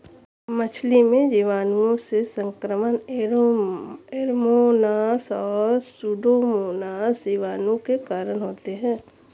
मछली में जीवाणुओं से संक्रमण ऐरोमोनास और सुडोमोनास जीवाणु के कारण होते हैं